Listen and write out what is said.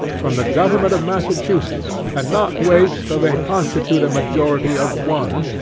from the government of massachusetts, and not wait till they constitute a majority of one,